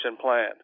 plan